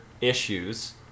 issues